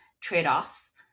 trade-offs